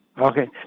Okay